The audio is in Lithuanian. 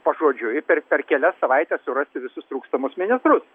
pažodžiui per per kelias savaites surasiu visus trūkstamus ministrus